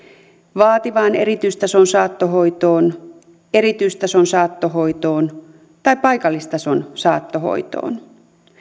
vaativan erityistason saattohoitoon erityistason saattohoitoon tai paikallistason saattohoitoon